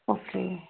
okay